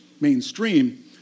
mainstream